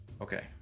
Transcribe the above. okay